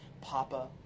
Papa